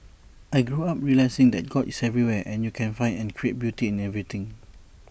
I grew up realising that God is everywhere and you can find and create beauty in everything